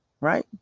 Right